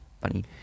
funny